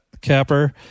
Capper